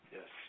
Yes